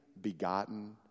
begotten